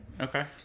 Okay